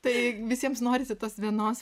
tai visiems norisi tos vienos